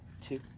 two